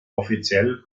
offiziell